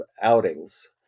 outings